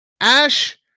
Ash